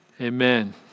amen